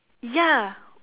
ya